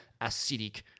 acidic